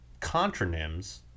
contronyms